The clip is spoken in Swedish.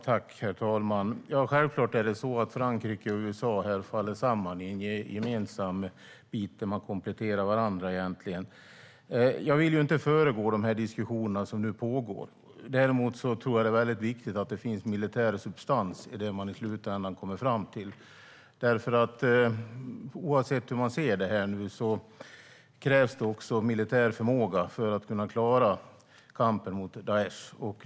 Herr talman! Självklart faller Frankrike och USA här samman i en gemensam bit där man kompletterar varandra. Jag vill inte föregripa de diskussioner som nu pågår. Däremot tror jag att det är väldigt viktigt att det finns militär substans i det som man i slutändan kommer fram till. Oavsett hur man ser detta krävs det också militär förmåga för att klara kampen mot Daish.